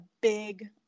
big